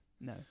No